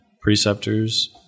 preceptors